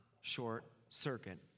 short-circuit